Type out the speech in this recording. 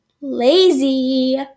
lazy